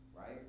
right